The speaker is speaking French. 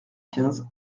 quinze